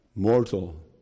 Mortal